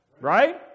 Right